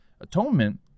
Atonement